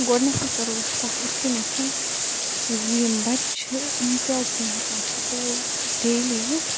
گۄڈٕنیٚتھٕے کَرَو أسۍ کتھ یِتھ کیٚنتھ زِ یِم بَچہِ چھِ یِم کیاز چھِنہِ ہیٚکان سُکوٗل ڈیلی یِتھ